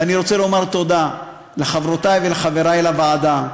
ואני רוצה לומר תודה לחברותי ולחברי לוועדה: